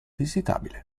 visitabile